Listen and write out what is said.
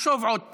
תחשוב עוד פעם.